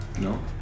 No